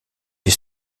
les